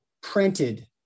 printed